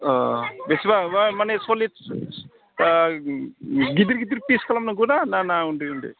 बेसेबां माने सल्लिस गिदिर गिदिर पिस खालामनांगौना ना उन्दै उन्दै